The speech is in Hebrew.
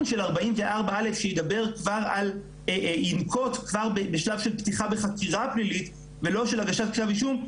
של 44.א שינקוט כבר בשלב של פתיחה בחקירה פלילית ולא של הגשת כתב אישום,